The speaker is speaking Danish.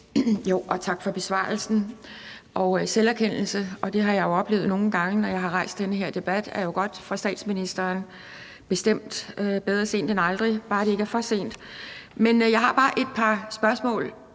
tak for besvarelsen og selverkendelsen. Selverkendelsen har jeg jo oplevet nogle gange, når jeg har rejst den her debat, og det er jo godt med det fra statsministerens side, bestemt, for det er bedre sent end aldrig – bare det ikke er for sent. Jeg har bare et par spørgsmål,